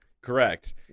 Correct